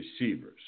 receivers